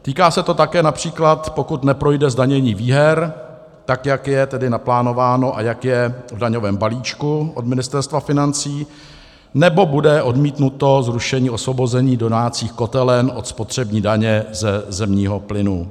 Týká se to také například, pokud neprojde zdanění výher, tak jak je tedy naplánováno a jak je v daňovém balíčku od Ministerstva financí, nebo bude odmítnuto zrušení osvobození domácích kotelen od spotřební daně ze zemního plynu.